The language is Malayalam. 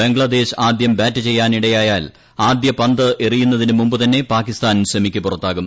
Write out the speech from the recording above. ബംഗ്ലാദേശ് ആദ്യം ബാറ്റ് ചെയ്യാനിടയായാൽ ആദ്യ പന്ത് എറിയുന്നതിന് മുമ്പ് തന്നെ പാകിസ്ഥാൻ സെമിക്ക് പുറത്താകും